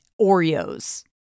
Oreos